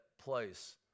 place